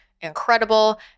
incredible